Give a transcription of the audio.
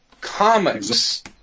Comics